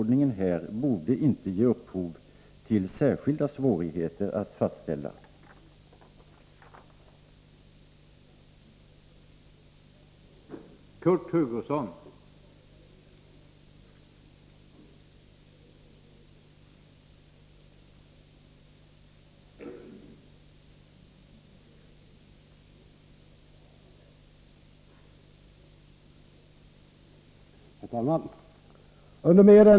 Det borde inte föreligga särskilda svårigheter att här fastställa prioriteringsordningen.